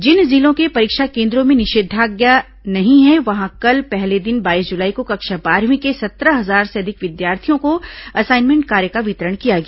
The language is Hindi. जिन जिलों के परीक्षा केन्द्रों में निषेधाज्ञा नहीं है वहां कल पहले दिन बाईस जुलाई को कक्षा बारहवीं के सत्रह हजार से अधिक विद्यार्थियों को असाइनमेंट कार्य का वितरण किया गया